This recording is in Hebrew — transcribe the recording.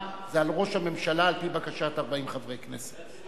זה על ראש הממשלה על-פי בקשת 40 חברי כנסת.